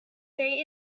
say